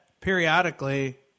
periodically